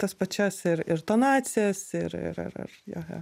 tas pačias ir ir tonacijas ir ir ar ar jo jo